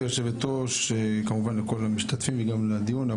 יושבת הראש, כמובן לכל המשתתפים וגם על הדיון.